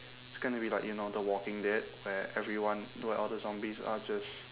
it's going to be like you know the walking dead where everyone where all the zombies are just